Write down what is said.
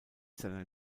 seiner